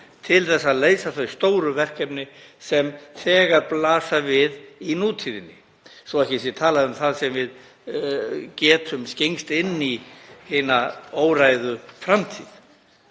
til að leysa þau stóru verkefni sem þegar blasa við í nútíðinni, svo ekki sé talað um það sem við getum skyggnst inn í hina óræðu framtíð.